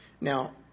Now